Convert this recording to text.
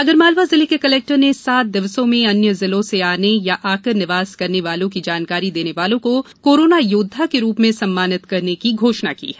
आगरमालवा जिले के कलेक्टर ने सात दिवसों में अन्य जिलों से आने या आकर निवास करने वालों की जानकारी देने वालों को कोरोना योद्धा के रूप में सम्मानित करने की घोषणा की है